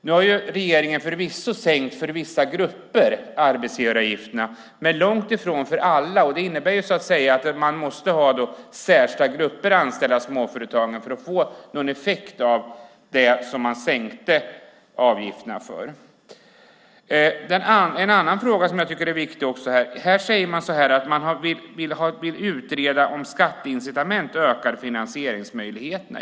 Nu har regeringen förvisso sänkt arbetsgivaravgifterna för vissa grupper, men lång ifrån för alla. Det innebär att småföretagen måste ha särskilda grupper anställda för att de ska få någon effekt av avgiftssänkningen. Jag vill ta upp en annan fråga som jag tycker är viktig. Här säger man att man vill utreda om skatteincitament ökar finansieringsmöjligheterna.